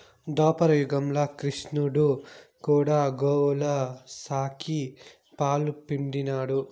దోపర యుగంల క్రిష్ణుడు కూడా గోవుల సాకి, పాలు పిండినాడు